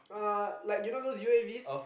uh like you know those U_A_V